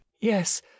yes